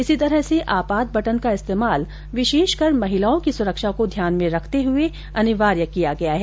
इसी तरह से आपात बटन का इस्तेमाल विशेषकर महिलाओं की सुरक्षा को ध्यान में रखते हुए अनिवार्य किया गया है